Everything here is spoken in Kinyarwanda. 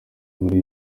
muri